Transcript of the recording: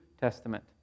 Testament